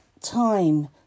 time